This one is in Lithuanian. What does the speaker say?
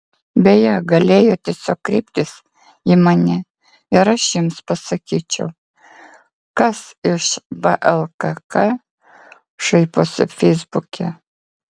beje galėjo tiesiog kreiptis į mane ir aš jiems pasakyčiau kas iš vlkk šaiposi feisbuke